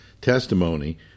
testimony